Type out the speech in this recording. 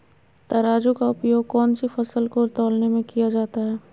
तराजू का उपयोग कौन सी फसल को तौलने में किया जाता है?